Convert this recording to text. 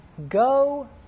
Go